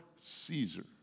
Caesar